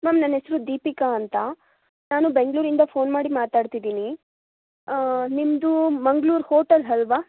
ma'am ನನ್ನ ಹೆಸ್ರು ದೀಪಿಕಾ ಅಂತ ನಾನು ಬೆಂಗಳೂರಿಂದ ಫೋನ್ ಮಾಡಿ ಮಾತಾಡ್ತಿದ್ದೀನಿ ನಿಮ್ಮದು ಮಂಗ್ಳೂರು ಹೋಟೆಲ್ ಅಲ್ವಾ